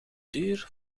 duur